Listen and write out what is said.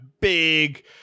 big